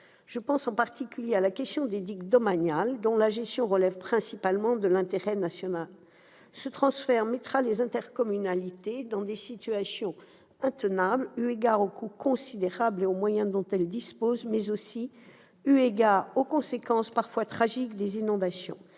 je pense en particulier à la question des digues domaniales, dont la gestion relève principalement de l'intérêt national. Ce transfert placera les intercommunalités dans des situations intenables eu égard au coût considérable qu'elles auront à supporter par rapport aux moyens dont elles disposent, mais aussi aux conséquences parfois tragiques des inondations.